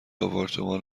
آپارتمان